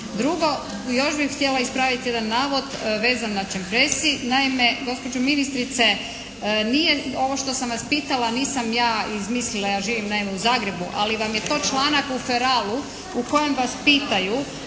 Drugo. Još bih htjela ispraviti jedan navod vezan na Čempresi. Naime, gospođo ministrice nije ovo što sam vas pitala, nisam ja izmislila, ja živim naime u Zagrebu, ali vam je to članak u "Feralu" u kojem vas pitaju